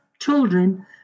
children